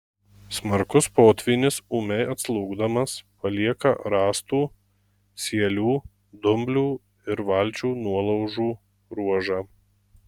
smarkus potvynis ūmiai atslūgdamas palieka rąstų sielių dumblių ir valčių nuolaužų ruožą